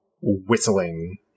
whistling